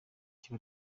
kiba